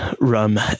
rum